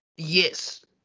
yes